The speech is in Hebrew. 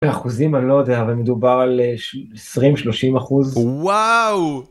אחוזים אני לא יודע אבל מדובר על 20-30 אחוז, וואו.